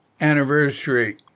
anniversary